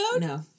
No